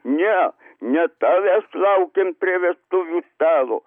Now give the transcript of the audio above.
ne ne tavęs laukėm prie vestuvių stalo